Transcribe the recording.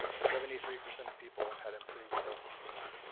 seventy-three percent of people had improved self-esteem.